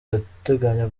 irateganya